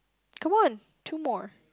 come on two more